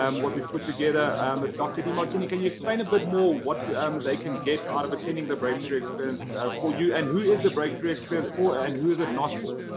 um what we've put together um a dr. demartini, can you explain a bit more, what they can get out of attending the breakthrough experience for you and who is the breakthrough experience for and who is it not for?